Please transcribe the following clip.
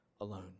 alone